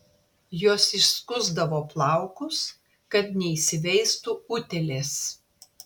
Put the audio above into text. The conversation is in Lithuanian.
jos išskusdavo plaukus kad neįsiveistų utėlės